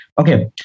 Okay